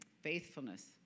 Faithfulness